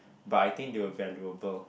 but I think they were valuable